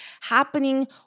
happening